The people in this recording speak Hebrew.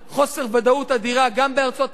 חוסר ודאות אדיר גם בארצות-הברית,